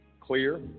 clear